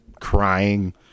Crying